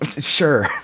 Sure